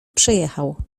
przejechał